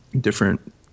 different